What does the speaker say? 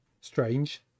strange